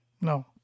No